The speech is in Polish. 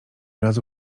razu